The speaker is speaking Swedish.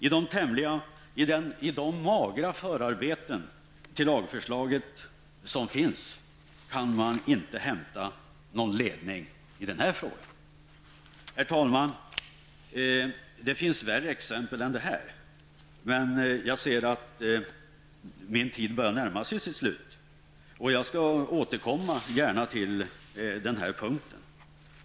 I de magra förarbetena till lagförslaget kan man inte hämta någon ledning i denna fråga. Fru talman! Det finns värre exempel än detta. Jag ser emellertid att min taletid börjar närma sig sitt slut, men jag skall gärna återkomma till denna punkt.